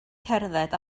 cerdded